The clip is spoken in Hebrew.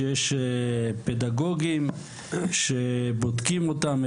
שיש פדגוגיים שבודקים אותם,